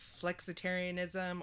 flexitarianism